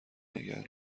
نگه